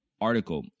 article